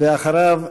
ואחריו,